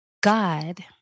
God